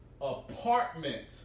apartment